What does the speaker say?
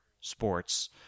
sports